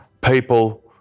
People